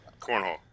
Cornhole